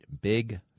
Big